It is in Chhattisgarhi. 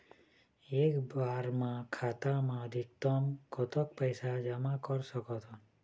एक बार मा खाता मा अधिकतम कतक पैसा जमा कर सकथन?